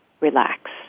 relax